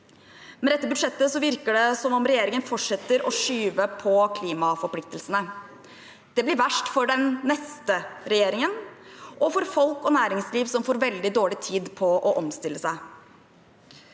Med dette budsjettet virker det som om regjeringen fortsetter å skyve på klimaforpliktelsene. Det blir verst for den neste regjeringen og for folk og næringsliv som får veldig dårlig tid på å omstille seg.